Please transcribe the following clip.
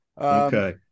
Okay